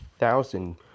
Thousand